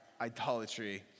idolatry